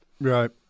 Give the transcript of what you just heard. Right